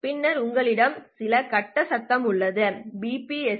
பின்னர் உங்களிடம் சில கட்ட சத்தம் உள்ளது பிபிஎஸ்